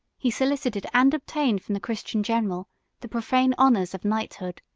he solicited and obtained from the christian general the profane honors of knighthood.